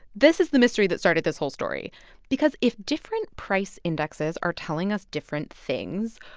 this is the mystery that started this whole story because if different price indexes are telling us different things,